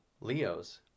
Leos